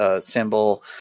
symbol